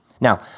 Now